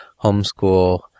homeschool